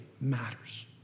matters